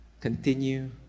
continue